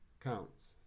Counts